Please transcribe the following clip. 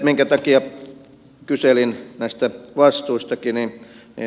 minkä takia kyselin näistä vastuistakin